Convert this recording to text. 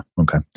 okay